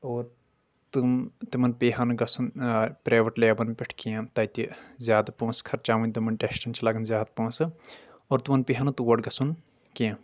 اور تِم تِمن پیٚیہِ ہا نہٕ گژھُن پرایویٹ لیبن پٮ۪ٹھ کیٚنٛہہ تَتہِ زیٛادٕ پأنٛسہٕ خرچاوٕنۍ تِمن ٹیسٹن چھ لگان زیٛادٕ پونٛسہٕ اور تٔمن پیٚیہِ ہا تور گژھُن کیٚنٛہہ